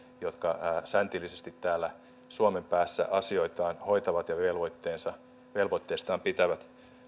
jotka säntillisesti täällä suomen päässä asioitaan hoitavat ja velvoitteistaan pitävät